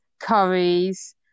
curries